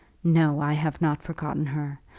no, i have not forgotten her.